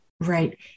Right